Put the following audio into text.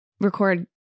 record